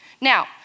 Now